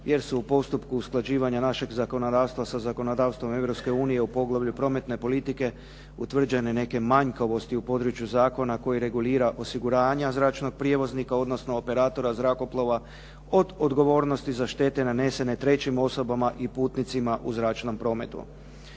jer se u postupku usklađivanja našeg zakonodavstva sa zakonodavstvom Europske unije u poglavlju Prometne politike utvrđene neke manjkavosti u području zakona koji regulira osiguranja zračnog prijevoznika, odnosno operatora zrakoplova od odgovornosti za štete nanesene trećim osobama i putnicima u zračnom prometu.